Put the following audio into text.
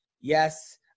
Yes